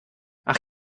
ach